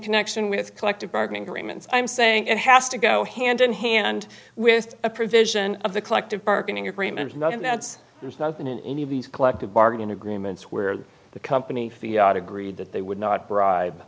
connection with collective bargaining agreements i'm saying it has to go hand in hand with a provision of the collective bargaining agreement nothing that's there's nothing in any of these collective bargaining agreements where the company the yacht agreed that they would not bribe